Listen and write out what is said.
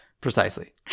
precisely